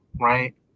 right